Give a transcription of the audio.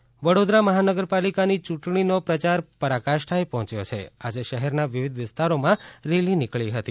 વડોદરા ચૂંટણી પ્રચાર વડોદરા મહાનગરપાલિકની યૂંટણીનો પ્રચાર પરાકાષ્ઠાએ પહોંચ્યો છ આજે શહેરના વિવિધ વિસ્તારોમાં રેલી નીકળી હતી